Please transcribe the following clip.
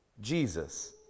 Jesus